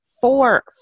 Four